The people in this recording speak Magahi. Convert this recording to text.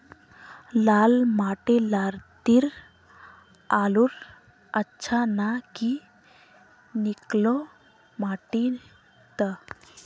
लाल माटी लात्तिर आलूर अच्छा ना की निकलो माटी त?